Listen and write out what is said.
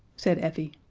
said effie.